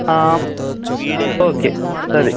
ಹಾಂ ಓಕೆ ಸರಿ